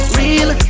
real